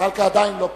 זחאלקה עדיין לא פה.